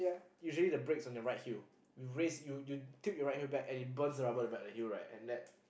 usually the brake's on your right heel you race you tilt you right heel back and it burns the rubber on the back of the heel and that